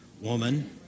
woman